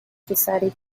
decided